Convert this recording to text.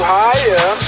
higher